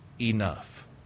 enough